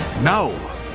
Now